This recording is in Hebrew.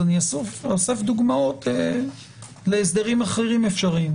אני אוסף דוגמאות להסדרים אחרים אפשריים.